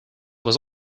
was